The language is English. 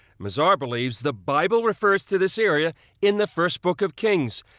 mazar believes the bible refers to this area in the first book of kings.